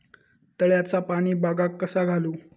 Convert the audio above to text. तळ्याचा पाणी बागाक कसा घालू?